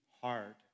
hard